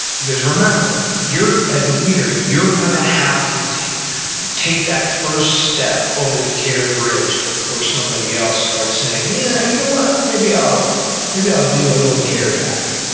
because remember, as a leader, you're going to have to to take that first step over the care bridge before somebody else starts saying, yeah, you know what? maybe i'll maybe i'll do a little care back.